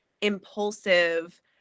impulsive